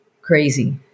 crazy